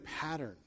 pattern